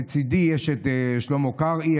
ולצידי שלמה קרעי,